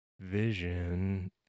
Vision